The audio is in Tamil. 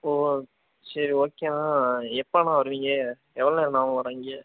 ஓ சரி ஓகேணா எப்போணா வருவீங்க எவள் நேரம்ணா ஆவும் வர இங்கே